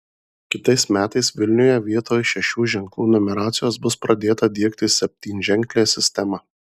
kitais metais vilniuje vietoj šešių ženklų numeracijos bus pradėta diegti septynženklė sistema